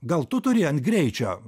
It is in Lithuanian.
gal tu turi ant greičio